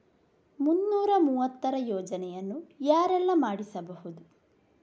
ಮುನ್ನೂರ ಮೂವತ್ತರ ಯೋಜನೆಯನ್ನು ಯಾರೆಲ್ಲ ಮಾಡಿಸಬಹುದು?